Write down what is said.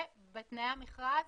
ובתנאי המכרז